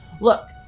Look